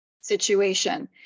situation